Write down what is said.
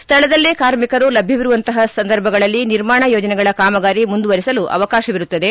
ಸ್ಥಳದಲ್ಲೇ ಕಾರ್ಮಿಕರು ಲಭ್ಯವಿರುವಂತಹ ಸಂದರ್ಭಗಳಲ್ಲಿ ನಿರ್ಮಾಣ ಯೋಜನೆಗಳ ಕಾಮಗಾರಿ ಮುಂದುವರೆಸಲು ಅವಕಾಶವಿರುತ್ತದೆ